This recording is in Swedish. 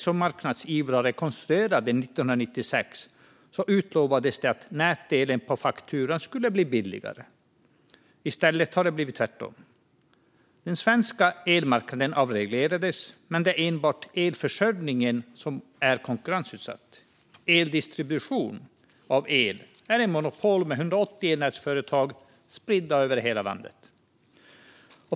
När marknadsivrarna konstruerade systemet 1996 utlovades det att nätkostnaden på elfakturan skulle bli lägre. I stället blev det tvärtom. Den svenska elmarknaden avreglerades, men det är enbart elförsörjningen som är konkurrensutsatt. Eldistributionen är ett monopol med 180 elnätsföretag spridda över hela landet.